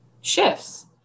shifts